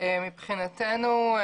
מבחינתנו,